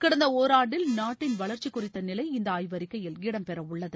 கடந்த ஒராண்டில் நாட்டின் வளர்ச்சி குறித்த நிலை இந்த ஆய்வறிக்கையில் இடம் பெறவுள்ளது